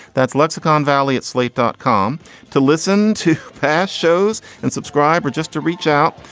that's lexicon valley at slate dot com to listen to past shows and subscribe or just to reach out,